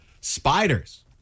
Spiders